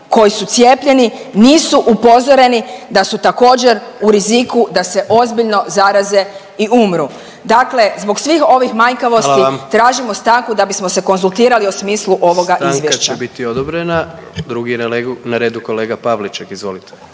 koji su cijepljeni da su također u riziku da se ozbiljno zaraze i umru? Dakle, zbog svih ovih manjkavosti …/Upadica: Hvala vam./… tražimo stanku da bismo se konzultirali o smislu ovoga izvješća. **Jandroković, Gordan (HDZ)** Stanka će biti odobrena. Drugi je na redu kolega Pavliček, izvolite.